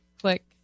Click